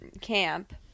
camp